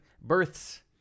births